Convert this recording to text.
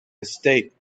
estate